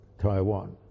Taiwan